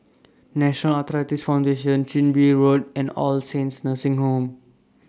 National Arthritis Foundation Chin Bee Road and All Saints Nursing Home